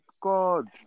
god